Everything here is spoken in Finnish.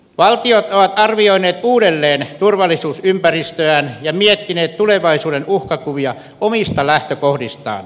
valtiot ovat arvioineet uudelleen turvallisuusympäristöään ja miettineet tulevaisuuden uhkakuvia omista lähtökohdistaan